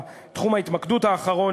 תחום ההתמקדות האחרון,